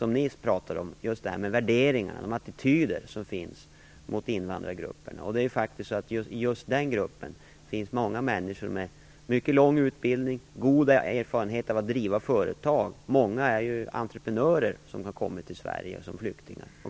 ni pratar om, nämligen de attityder och värderingar som finns när det gäller invandrargrupper. I just den gruppen finns det faktiskt många människor med mycket lång utbildning och god erfarenhet av att driva företag. Många av dem som har kommit till Sverige som flyktingar är entreprenörer.